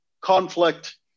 conflict